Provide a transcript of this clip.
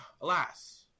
Alas